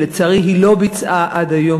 שלצערי היא לא ביצעה עד היום,